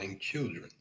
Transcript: children